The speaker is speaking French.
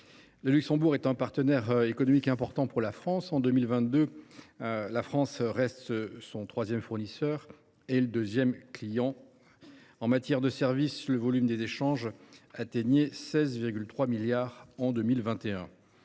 le Luxembourg est un partenaire économique important de notre pays. En 2022, la France reste son troisième fournisseur et son deuxième client. En matière de services, le volume des échanges a atteint 16,3 milliards d’euros